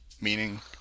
meaning